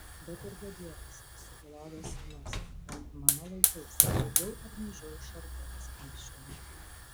bet ir gadielis sugulovės sūnus bent mano laikais daugiau ar mažiau šarvuotas vaikščiojo